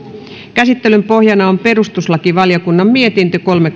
käsittelyn pohjana on perustuslakivaliokunnan mietintö kolme